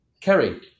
Kerry